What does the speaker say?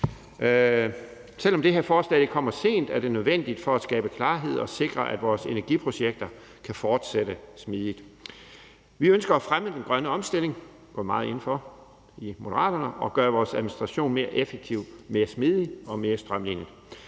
Selv om det her forslag kommer sent, er det nødvendigt for at skabe klarhed og sikre, at vores energiprojekter kan fortsætte smidigt. Vi ønsker at fremme den grønne omstilling – det går vi meget ind for i Moderaterne – og gøre vores administration mere effektiv, mere smidig og mere strømlinet.